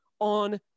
on